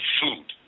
food